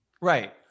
Right